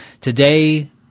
Today